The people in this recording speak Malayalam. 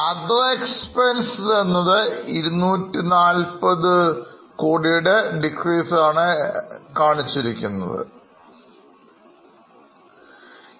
Other എക്സ്പെൻസ് എന്നത് 240 കോടിയുടെ കമ്മി വന്നു